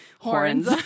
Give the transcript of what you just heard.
Horns